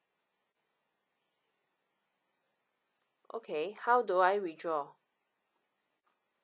okay how do I withdraw